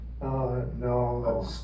No